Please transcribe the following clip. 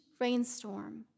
rainstorm